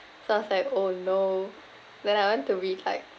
so I was like oh no then I went to read like